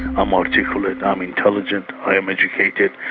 i'm articulate, i'm intelligent, i'm educated,